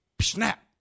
snap